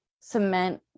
cement